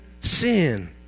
sin